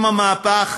עם המהפך